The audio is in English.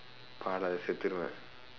பாடாதே சத்துடுவேன்:paadaathee saththuduveen